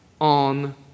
on